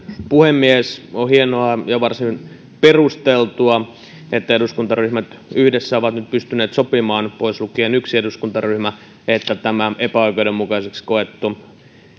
puhemies on hienoa ja varsin perusteltua että eduskuntaryhmät yhdessä ovat nyt pystyneet sopimaan pois lukien yksi eduskuntaryhmä että tämä epäoikeudenmukaiseksi koettu